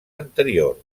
anteriors